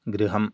गृहम्